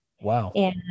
Wow